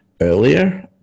earlier